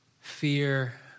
Fear